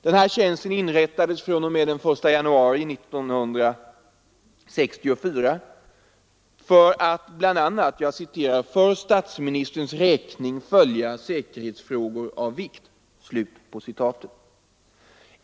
Denna tjänst inrättades fr.o.m. den 1 januari 1964 för att bl.a. ”för statsministerns räkning följa säkerhetsfrågor av vikt”.